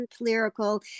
Lyrical